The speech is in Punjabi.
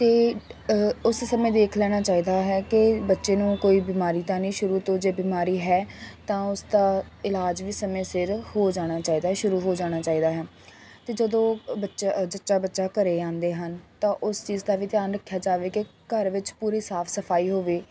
ਅਤੇ ਉਸ ਸਮੇਂ ਦੇਖ ਲੈਣਾ ਚਾਹੀਦਾ ਹੈ ਕਿ ਬੱਚੇ ਨੂੰ ਕੋਈ ਬਿਮਾਰੀ ਤਾਂ ਨਹੀਂ ਸ਼ੁਰੂ ਤੋਂ ਜੇ ਬਿਮਾਰੀ ਹੈ ਤਾਂ ਉਸਦਾ ਇਲਾਜ ਵੀ ਸਮੇਂ ਸਿਰ ਹੋ ਜਾਣਾ ਚਾਹੀਦਾ ਸ਼ੁਰੂ ਹੋ ਜਾਣਾ ਚਾਹੀਦਾ ਹੈ ਅਤੇ ਜਦੋਂ ਬੱਚਾ ਜੱਚਾ ਬੱਚਾ ਘਰ ਆਉਂਦੇ ਹਨ ਤਾਂ ਉਸ ਚੀਜ਼ ਦਾ ਵੀ ਧਿਆਨ ਰੱਖਿਆ ਜਾਵੇ ਕਿ ਘਰ ਵਿੱਚ ਪੂਰੀ ਸਾਫ ਸਫਾਈ ਹੋਵੇ